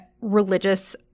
religious